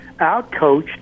outcoached